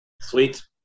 sweet